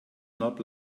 not